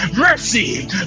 Mercy